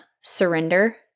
surrender